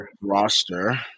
roster